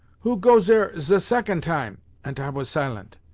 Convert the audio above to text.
who goes zere ze second time ant i was silent.